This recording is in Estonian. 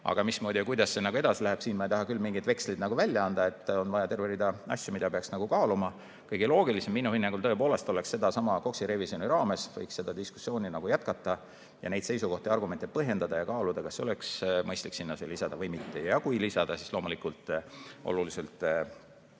Aga mismoodi ja kuidas see edasi läheb – siin ma ei taha küll mingeid veksleid välja anda. On terve rida asju, mida peaks kaaluma. Kõige loogilisem oleks minu hinnangul tõepoolest sellesama KOKS‑i revisjoni raames seda diskussiooni jätkata ja neid seisukohti-argumente põhjendada ja kaaluda, kas oleks mõistlik sinna see lisada või mitte. Kui lisada, siis loomulikult oluliselt